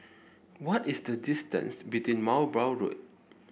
what is the distance between Mowbray Road